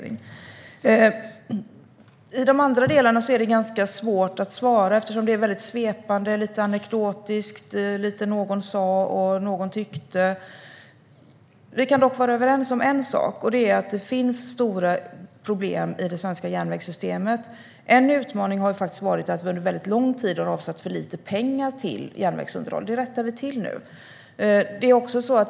Det är svårt att svara på de andra delarna eftersom det är fråga om svepande, lite anekdotiska formuleringar - någon sa och någon tyckte. Vi kan dock vara överens om en sak, nämligen att det finns stora problem i det svenska järnvägssystemet. En utmaning har varit att det under lång tid har avsatts för lite pengar till järnvägsunderhåll. Det rättar vi nu till.